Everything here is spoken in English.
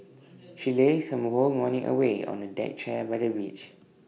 she lazed her whole morning away on A deck chair by the beach